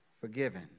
forgiven